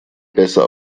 besser